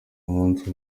munsi